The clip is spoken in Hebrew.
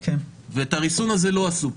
ואת הריסון הזה לא עשו.